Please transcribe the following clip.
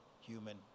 human